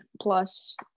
plus